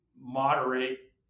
moderate